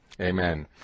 Amen